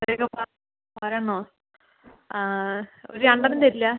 വേഗം വാ വരണോ ഒര് രണ്ട് എണ്ണം തരില്ലെ